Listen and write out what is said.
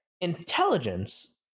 intelligence